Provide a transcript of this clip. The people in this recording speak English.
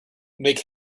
make